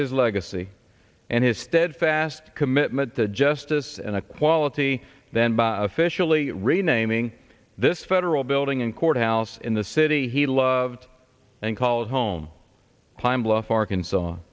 his legacy and his steadfast commitment to justice and equality then by officially renaming this federal building in courthouse in the city he loved and called home climb bluff arkansas